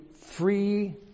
free